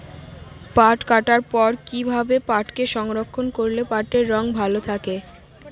পাট কাটার পর কি ভাবে পাটকে সংরক্ষন করলে পাটের রং ভালো থাকে?